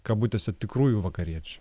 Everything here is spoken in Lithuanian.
kabutėse tikrųjų vakariečių